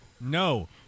No